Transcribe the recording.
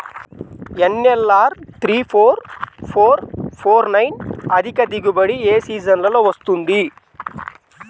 NLR three four four four nine అధిక దిగుబడి ఏ సీజన్లలో వస్తుంది?